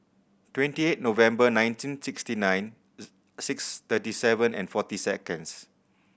twenty eight November nineteen sixty nine six thirty seven and forty seconds